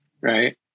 right